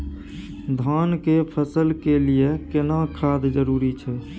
धान के फसल के लिये केना खाद जरूरी छै?